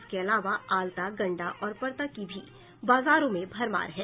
इसके अलावा अलता गंडा और परता की भी बाजारों में भरमार है